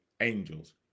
angels